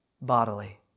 bodily